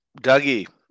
Dougie